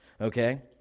Okay